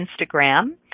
Instagram